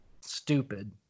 Stupid